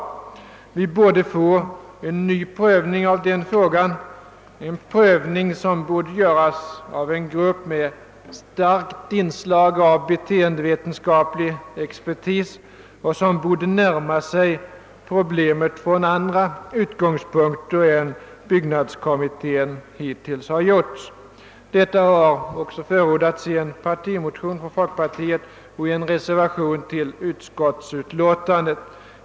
Vi borde få en ny prövning av den frågan, en prövning som borde göras av en grupp som har ett starkt inslag av beteendevetenskaplig expertis och som borde närma sig problemet från andra utgångspunkter än byggnadskommitten hittills har gjort. Detta har också förordats i en partimotion från folkpartiet och i en reservation tiil utskottsutlåtandet.